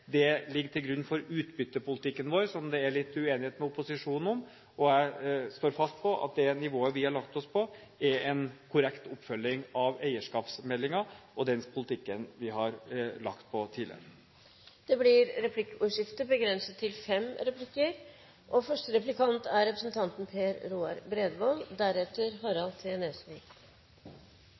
Det ligger til grunn for utbyttepolitikken vår, som det er litt uenighet med opposisjonen om, og jeg står fast på at det nivået vi har lagt oss på, er en korrekt oppfølging av eierskapsmeldingen og den politikken vi har ligget på tidligere. Det blir replikkordskifte. Mange statsråder før nåværende næringsminister har lovet forenkling og mindre byråkrati. Nå er